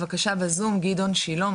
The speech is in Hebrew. בבקשה בזום גדעון שילה,